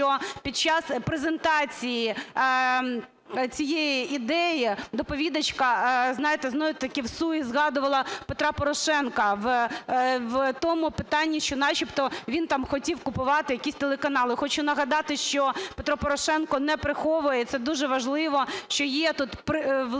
що під час презентації цієї ідеї доповідачка, знаєте, знов-таки всує згадувала Петра Порошенка в тому питанні, що начебто він там хотів купувати якісь телеканали. Хочу нагадати, що Петро Порошенко не приховує, і це дуже важливо, що є тут власність